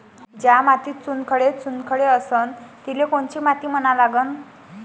ज्या मातीत चुनखडे चुनखडे असन तिले कोनची माती म्हना लागन?